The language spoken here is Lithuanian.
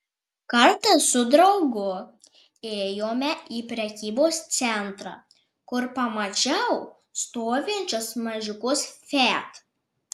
kartą su draugu ėjome į prekybos centrą kur pamačiau stovinčius mažiukus fiat